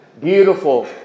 beautiful